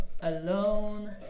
alone